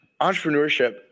entrepreneurship